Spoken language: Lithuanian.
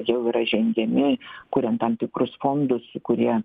jau yra žengiami kuriant tam tikrus fondus kurie